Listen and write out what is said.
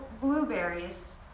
blueberries